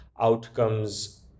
outcomes